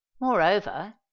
moreover